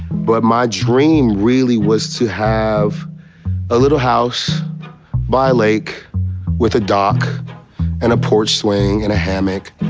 but my dream really was to have a little house by lake with a dock and a porch swing and a hammock.